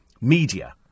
media